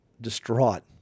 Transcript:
distraught